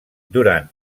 durant